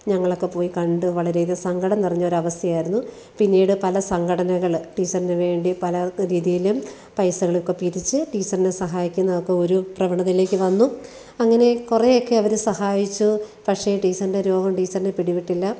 ഞങ്ങളൊക്കെ പോയി കണ്ട് വളരെയധികം സങ്കടം നിറഞ്ഞൊരവസ്ഥയായിരുന്നു പിന്നീട് പല സംഘടനകള് ടീച്ചറിന് വേണ്ടി പല രീതിയിലും പൈസകളൊക്കെ പിരിച്ച് ടീച്ചറിനെ സഹായിക്കുന്നതൊക്കെ ഒരു പ്രവണതയിലേക്കു വന്നു അങ്ങനെ കുറേയൊക്കെ അവര് സഹായിച്ചു പക്ഷെ ടീച്ചറിൻ്റെ രോഗം ടീച്ചറിനെ പിടി വിട്ടില്ല